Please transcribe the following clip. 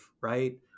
right